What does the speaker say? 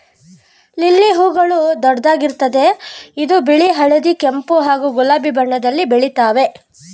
lily ಹೂಗಳು ದೊಡ್ಡದಾಗಿರ್ತದೆ ಇದು ಬಿಳಿ ಹಳದಿ ಕೆಂಪು ಹಾಗೂ ಗುಲಾಬಿ ಬಣ್ಣಗಳಲ್ಲಿ ಬೆಳಿತಾವೆ